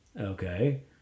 Okay